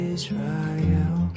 Israel